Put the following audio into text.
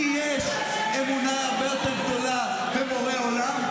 לי יש אמונה הרבה יותר גדולה בבורא עולם,